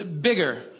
bigger